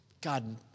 God